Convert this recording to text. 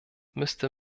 müsste